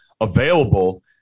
available